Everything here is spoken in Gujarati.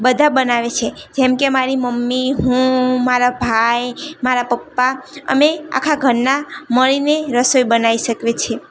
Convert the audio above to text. બધા બનાવે છે જેમ કે મારી મમ્મી હું મારા ભાઈ મારા પપ્પા અમે આખા ઘરના મળીને રસોઈ બનાવી શકવી છે